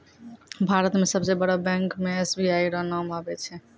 भारत मे सबसे बड़ो बैंक मे एस.बी.आई रो नाम आबै छै